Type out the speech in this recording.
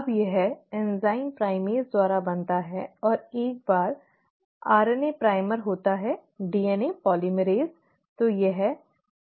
अब यह enzyme primase द्वारा बनता है और एक बार आरएनए प्राइमर होता है डीएनए पोलीमरेज़ तो यह